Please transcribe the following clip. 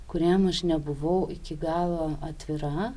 kuriem aš nebuvau iki galo atvira